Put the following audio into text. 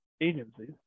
agencies